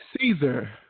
Caesar